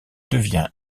devient